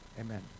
Amen